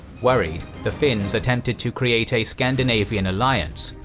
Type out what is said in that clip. worried, the finns attempted to create a scandinavian alliance,